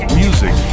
music